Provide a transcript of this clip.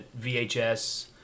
VHS